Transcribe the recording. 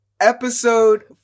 Episode